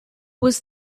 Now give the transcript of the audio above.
was